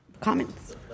comments